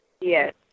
Yes